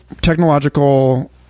technological